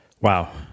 Wow